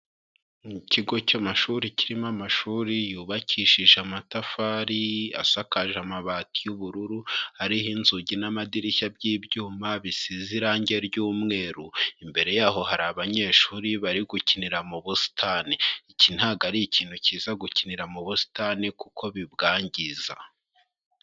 Mu kigo cy'amashuri kirimo amashuri yubakishije amatafari asakaje amabati y'ubururu, ariho inzugi n'amadirishya by'ibyuma bisize irangi ry'umweru, imbere yaho hari abanyeshuri bari gukinira mu busitani, iki ntago ari ikintu kiza gukinira mu busitani kuko bibwangiza.